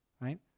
Right